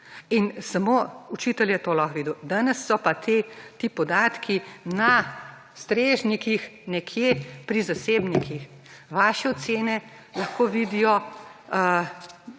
in samo učitelj je to lahko videl. Danes so pa ti podatki na strežnikih nekje pri zasebnikih, vaše ocene lahko vidijo